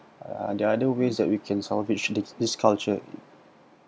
there are other ways that we can salvage this this culture